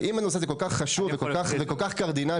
אם הנושא הזה כל כך חשוב וכל כך קרדינלי,